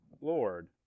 Lord